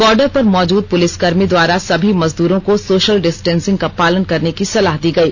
border पर मौजूद पुलिसकर्मी द्वारा सभी मजदूरों को सोशल डिस्टेंसिन्ग का पालन करने की सलाह दी गयी